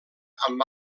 amb